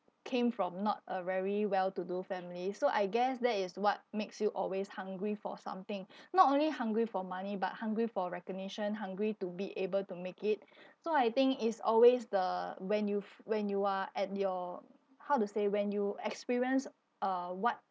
came from not a very well to do family so I guess that is what makes you always hungry for something not only hungry for money but hungry for recognition hungry to be able to make it so I think is always the when you f~ when you are at your how to say when you experience uh what